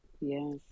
Yes